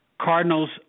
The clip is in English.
Cardinals